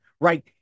right